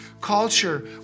culture